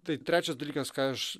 tai trečias dalykas ką aš